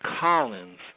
Collins